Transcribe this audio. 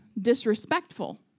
disrespectful